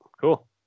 Cool